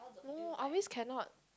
no I always cannot